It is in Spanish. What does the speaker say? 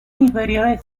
inferiores